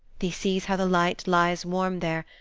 thee sees how the light lies warm there,